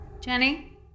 jenny